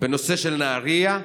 בנושא של נהריה,